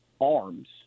arms